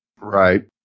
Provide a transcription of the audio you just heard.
Right